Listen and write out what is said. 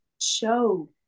show